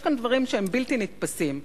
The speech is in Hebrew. יש כאן דברים שהם בלתי נתפסים.